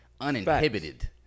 uninhibited